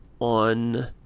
on